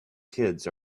kids